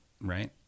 right